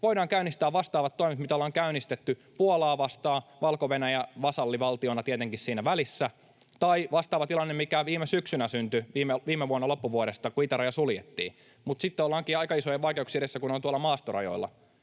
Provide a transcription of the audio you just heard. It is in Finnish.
voidaan käynnistää vastaavat toimet, mitä ollaan käynnistetty Puolaa vastaan — Valko-Venäjä vasallivaltiona tietenkin siinä välissä — tai vastaava tilanne, mikä syntyi viime syksynä, viime vuonna loppuvuodesta, kun itäraja suljettiin. Mutta sitten ollaankin aika isojen vaikeuksien edessä, kun ollaan tuolla maastorajoilla: